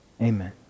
Amen